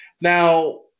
Now